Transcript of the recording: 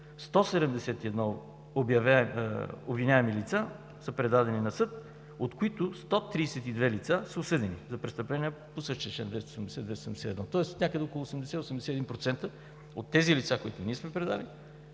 171 обвиняеми лица са предадени на съд, от които 132 лица са осъдени за престъпления по същия чл. 280 - 281. Тоест някъде около 80–81% от тези лица, които ние сме предали,